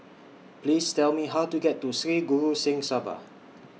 Please Tell Me How to get to Sri Guru Singh Sabha